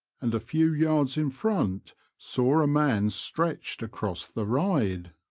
and a few yards in front saw a man stretched across the ride.